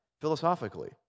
philosophically